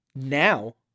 now